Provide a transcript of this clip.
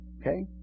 Okay